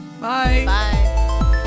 Bye